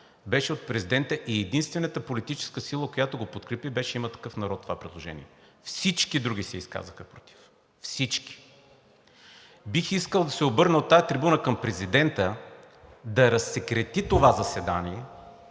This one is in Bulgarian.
беше от президента и единствената политическа сила, която подкрепи това предложение, беше „Има такъв народ“. Всички други се изказаха против, всички! Бих искал да се обърна от тази трибуна към президента да разсекрети това заседание,